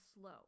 slow